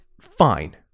fine